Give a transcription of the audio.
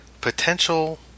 potential